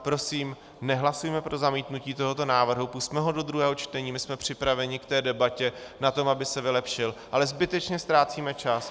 Prosím, nehlasujme pro zamítnutí tohoto návrhu, pusťme ho do druhého čtení, my jsme připraveni k té debatě na tom, aby se vylepšil, ale zbytečně ztrácíme čas.